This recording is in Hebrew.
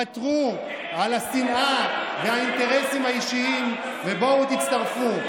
ותרו על השנאה, והאינטרסים האישיים ובואו, תצטרפו.